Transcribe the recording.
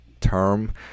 term